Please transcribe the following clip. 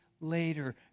later